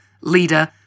leader